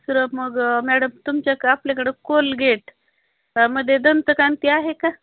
दुसरं मग मॅडम तुमच्या आपल्याकडं कोलगेटमध्ये दंतकांती आहे का